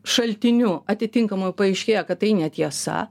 šaltiniu atitinkamoj paaiškėja kad tai netiesa